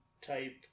type